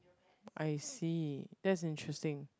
I see that's interesting